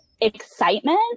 excitement